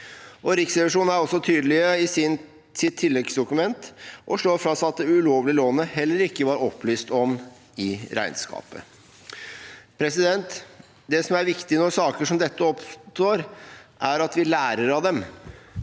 Riksrevisjonen er også tydelig i sitt tilleggsdokument og slår fast at det ulovlige lånet heller ikke var opplyst om i regnskapet. Det som er viktig når saker som dette oppstår, er at vi lærer av dem.